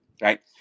right